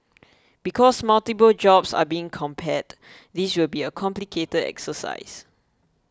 because multiple jobs are being compared this will be a complicated exercise